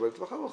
בטווח ארוך.